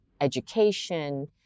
education